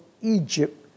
Egypt